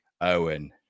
owen